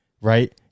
right